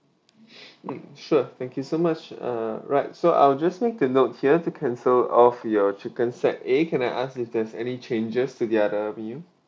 mm sure thank you so much uh right so I'll just need to note here to cancel off your chicken set A can I ask if there's any changes to the other meal